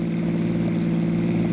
the